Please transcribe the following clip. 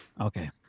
Okay